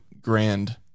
grand